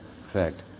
effect